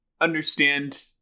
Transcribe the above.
understand